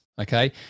Okay